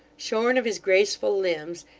shorn of his graceful limbs,